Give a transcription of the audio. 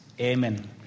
Amen